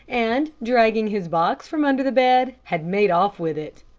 and dragging his box from under the bed, had made off with it.